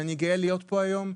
אני גאה להיות פה היום.